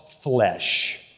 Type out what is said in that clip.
flesh